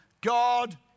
God